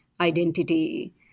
identity